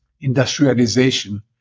industrialization